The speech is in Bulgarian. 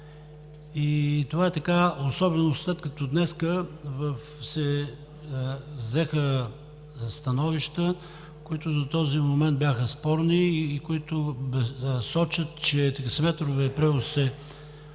Това е така, особено след като днес се взеха становища, които до този момент бяха спорни и които сочат, че таксиметровият превоз